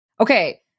Okay